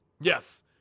Yes